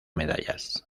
medallas